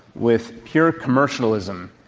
with pure commercialism